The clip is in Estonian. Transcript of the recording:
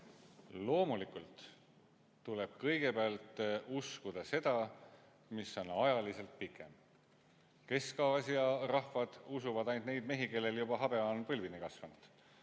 Loomulikult tuleb kõigepealt uskuda seda, mis on ajaliselt pikem. Kesk‑Aasia rahvad usuvad ainult neid mehi, kellel habe on põlvini kasvanud.